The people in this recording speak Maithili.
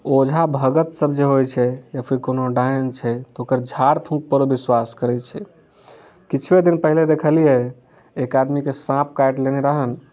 ओझा भगत सब जे होइ छै या फिर कोनो डायन छै तऽ ओकर झाड़ फूँक पर विश्वास करै छै किछुवे दिन पहिले देखलियै एक आदमी के साँप काटि लेने रहैनि